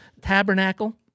tabernacle